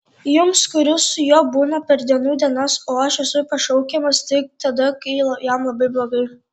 jums kuris su juo būna per dienų dienas o aš esu pašaukiamas tik tada kai jam labai blogai